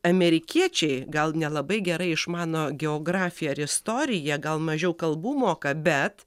amerikiečiai gal nelabai gerai išmano geografiją ar istoriją gal mažiau kalbų moka bet